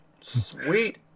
Sweet